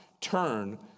turn